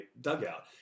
dugout